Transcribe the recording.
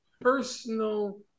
personal